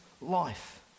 life